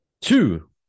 Two